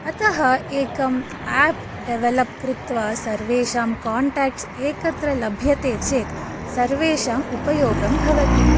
अतः एकम् app develop कृत्वा सर्वेषां कोन्टाक्ट्स् एकत्र लभ्यते चेत् सर्वेषाम् उपयोगं भवति